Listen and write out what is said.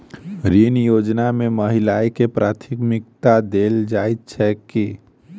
ऋण योजना मे महिलाकेँ प्राथमिकता देल जाइत छैक की?